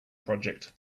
project